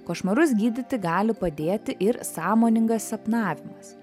košmarus gydyti gali padėti ir sąmoningas sapnavimas